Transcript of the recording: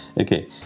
okay